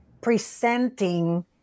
presenting